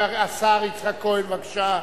השר יצחק כהן, בבקשה.